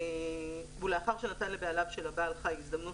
"ולאחר שנתן לבעליו של הבעל-חי הזדמנות